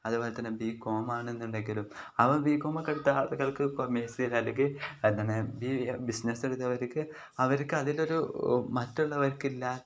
അതുപോലെ തന്നെ ബി കോമാണെന്നുണ്ടെങ്കിലും അവർ ബി കോമൊക്കെ എടുത്ത ആളുകൾക്ക് കൊമേഴ്സിൽ അല്ലെങ്കിൽ അങ്ങനെ ബി ബിസിനസ്സ് എടുത്തവർക്ക് അവർക്ക് അതിലൊരു മറ്റുള്ളവർക്കില്ലാത്ത